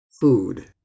food